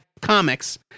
comics